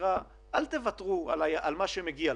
לא לוותר על מה שמגיע,